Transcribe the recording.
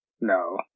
No